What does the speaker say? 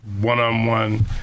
One-on-one